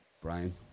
Brian